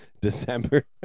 December